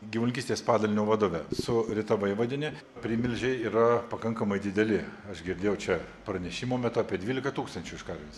gyvulininkystės padalinio vadove su rita vaivadiene primilžiai yra pakankamai dideli aš girdėjau čia pranešimo metu apie dvylika tūkstančių iš karvės